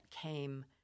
came